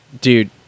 dude